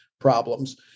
problems